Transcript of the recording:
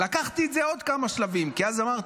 לקחתי את זה עוד כמה שלבים, כי אמרתי: